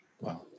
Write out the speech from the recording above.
Wow